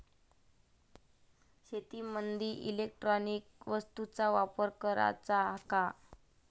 शेतीमंदी इलेक्ट्रॉनिक वस्तूचा वापर कराचा का?